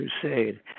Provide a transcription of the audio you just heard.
Crusade